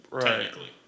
Technically